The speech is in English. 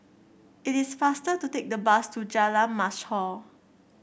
it is faster to take the bus to Jalan Mashhor